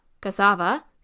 cassava